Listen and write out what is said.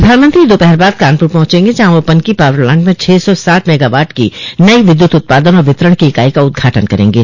प्रधानमंत्री दोपहर बाद कानपुर पहुंचेंगे जहां वह पनकी पॉवर प्लांट में छह सौ साठ मेगावाट की नई विद्युत उत्पादन और वितरण की इकाई का उद्घाटन करेंगे